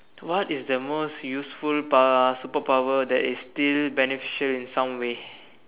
what is the most useful uh super power that is still beneficial in some way